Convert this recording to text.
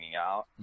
out